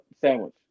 sandwich